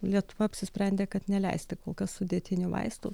lietuva apsisprendė kad neleisti kol kas sudėtinių vaistų